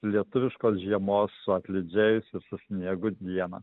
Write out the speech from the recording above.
lietuviškos žiemos su atlydžiais ir su sniegu dieną